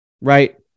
right